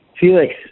Felix